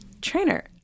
trainer